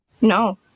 no